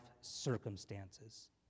circumstances